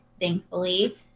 thankfully